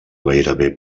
gairebé